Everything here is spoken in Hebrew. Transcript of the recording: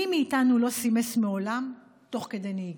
מי מאיתנו לא סימס מעולם תוך כדי נהיגה,